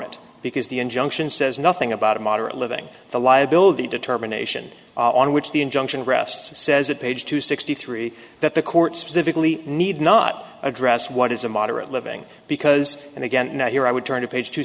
it because the injunction says nothing about a moderate living the liability determination on which the injunction rests says at page two sixty three that the court specifically need not address what is a moderate living because and again and here i would turn to page two